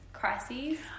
crises